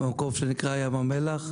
במקום שנקרא ים המלח,